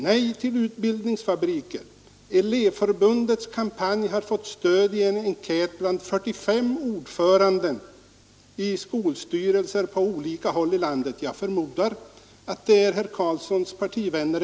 ”” Nej till utbildningsfabriker — Elevförbundets kampanj har fått stöd i en enkät bland 45 ordförande i skolstyrelser på olika håll i landet.” — Jag förmodar att en del är herr Carlssons partivänner.